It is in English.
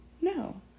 No